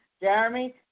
Jeremy